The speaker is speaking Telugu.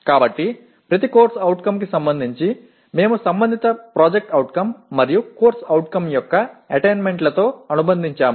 కాబట్టి ప్రతి CO కి సంబంధించి మేము సంబంధిత PO మరియు CO యొక్క అటైన్మెంట్లతో అనుబంధించాము